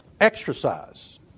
Exercise